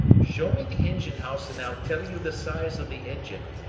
show me the engine-house and i'll tell you the size of the engine.